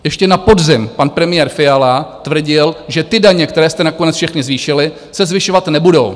Ještě na podzim pan premiér Fiala tvrdil, že ty daně, které jste nakonec všechny zvýšili, se zvyšovat nebudou.